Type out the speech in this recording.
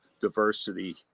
diversity